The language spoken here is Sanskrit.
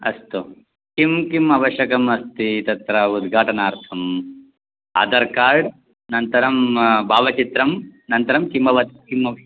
अस्तु किं किम् आवश्यकम् अस्ति तत्र उद्घाटनार्थम् आधार् कार्ड् अनन्तरं भावचित्रम् अनन्तरं किमभवत् किम्